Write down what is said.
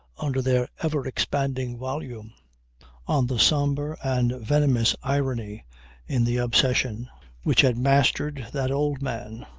under their ever-expanding volume on the sombre and venomous irony in the obsession which had mastered that old man.